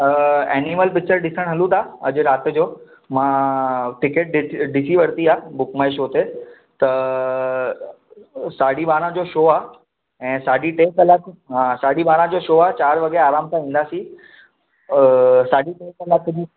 animal picture ॾिसण हलूं था अॼु राति जो मां टिकेट ॾिस ॾिसी वरिती आहे बुक माए शो ते त साढी ॿारहां जो शो आहे ऐं साढी टे कलाक हा साढी ॿारहां जो शो आहे चार वॻे आराम सां ईंदासीं साढी टे कलाक जी